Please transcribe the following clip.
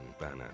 banner